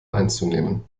einzunehmen